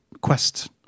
quest